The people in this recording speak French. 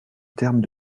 termes